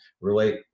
relate